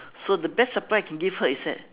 so the best surprise I can give her is that